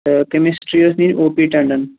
chemistry ٲسۍ نِنۍ O P Tandon